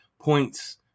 points